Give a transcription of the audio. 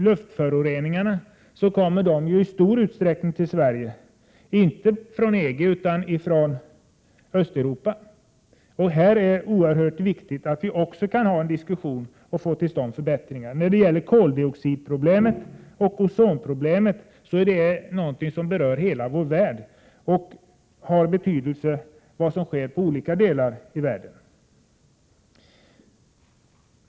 Luftföroreningarna kommer ju i stor utsträckning till Sverige inte från EG utan från Östeuropa. Det är oerhört viktigt att kunna ha en diskussion och få till stånd förbättringar också här. Koldioxidproblemet och ozonproblemet berör hela vår värld, och då har det betydelse vad som sker i olika delar av världen.